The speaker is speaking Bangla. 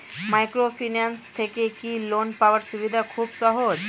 মাইক্রোফিন্যান্স থেকে কি লোন পাওয়ার সুবিধা খুব সহজ?